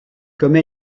comme